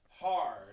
hard